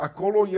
Acolo